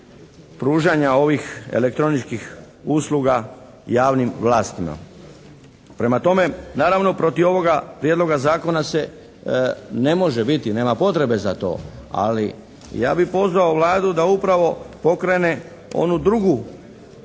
pružanja ovih elektroničkih usluga javnim vlastima. Prema tome, naravno protiv ovoga prijedloga zakona se ne može biti, nema potrebe za to, ali ja bih pozvao Vladu da upravo pokrene onu drugu